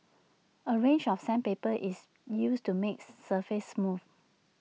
A range of sandpaper is used to make surface smooth